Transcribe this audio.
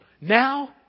now